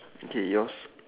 is it yours